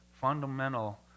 fundamental